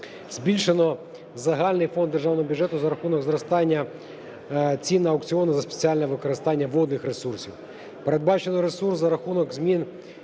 Збільшено загальний фонд державного бюджету за рахунок зростання цін на аукціони за спеціальним використанням водних ресурсів. Передбачено ресурс за рахунок змін